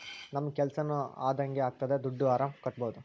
ನಮ್ ಕೆಲ್ಸನೂ ಅದಂಗೆ ಆಗ್ತದೆ ದುಡ್ಡು ಆರಾಮ್ ಕಟ್ಬೋದೂ